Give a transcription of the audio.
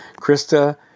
Krista